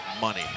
money